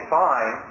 fine